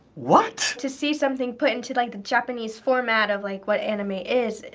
what! to see something put into like the japanese format of like what anime is,